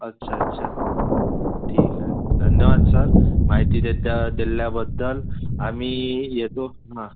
अच्छा अच्छा ठीक आहे धन्यवाद सर माहिती देद्या दिल्याबद्दल आम्ही येतो हां